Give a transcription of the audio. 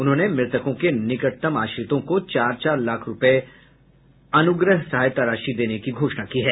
उन्होंने मृतकों के निकटतम आश्रितों को चार चार लाख रूपये की अनुग्रह सहायता राशि देने की घोषणा की है